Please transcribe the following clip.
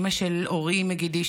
אימא של אורי מגידיש,